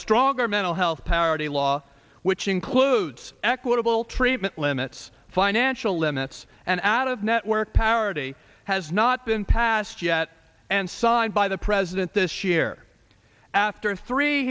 stronger mental health parity law which includes equitable treatment limits financial limits and added network power day has not been passed yet and signed by the president this year after three